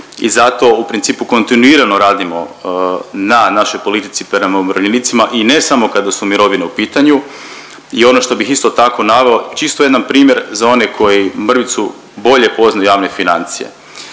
i zato u principu kontinuiramo radimo na našoj politici prema umirovljenici i ne samo kada su mirovine u pitanju i ono što bih isto tako naveo, čisto jedan primjer za one koji mrvicu bolje poznaju javne financije,